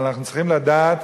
אבל אנחנו צריכים לדעת